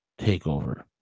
takeover